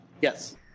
Yes